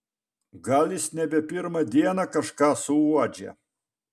gal jis nebe pirmą dieną kažką suuodžia